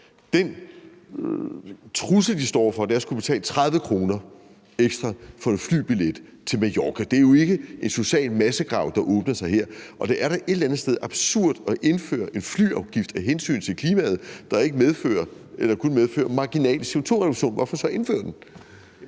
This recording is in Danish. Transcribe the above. Den »trussel«, vi står over for, er at skulle betale 30 kr. ekstra for en flybillet til Mallorca. Det er jo ikke en social massegrav, der åbner sig her. Og det er da et eller andet sted absurd at indføre en flyafgift af hensyn til klimaet, der kun medfører en marginal CO2-reduktion. Hvorfor så indføre den?